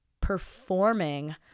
performing